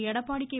Edappadi K